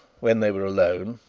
when they were alone,